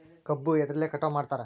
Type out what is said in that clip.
ಕಬ್ಬು ಎದ್ರಲೆ ಕಟಾವು ಮಾಡ್ತಾರ್?